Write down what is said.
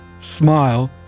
smile